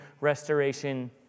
restoration